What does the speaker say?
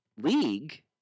league